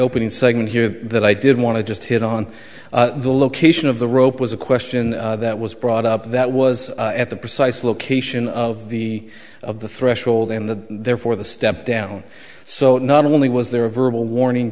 opening segment here that i didn't want to just hit on the location of the rope was a question that was brought up that was at the precise location of the of the threshold in the therefore the step down so not only was there a verbal war